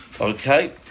Okay